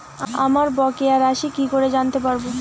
আমার বকেয়া রাশি কি করে জানতে পারবো?